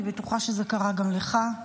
אני בטוחה שזה קרה גם לך.